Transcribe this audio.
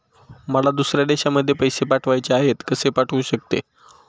मला दुसऱ्या देशामध्ये पैसे पाठवायचे आहेत कसे पाठवू शकते?